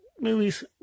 movies